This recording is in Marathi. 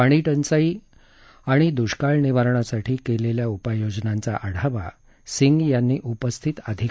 पाणीटंचाई आणि दुष्काळ निवारणासाठी केलेल्या उपाययोजनांचा आढावा सिंग यांनी उपस्थित अधिकाऱ्यांकडून घेतला